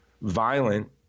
violent